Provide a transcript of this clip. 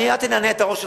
אל תנענע את הראש שלך.